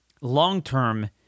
long-term